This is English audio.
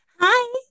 hi